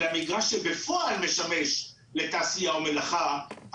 אלא מגרש שבפועל משמש לתעשייה ומלאכה,